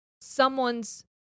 someone's